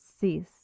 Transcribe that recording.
cease